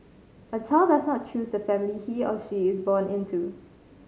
a child does not choose the family he or she is born into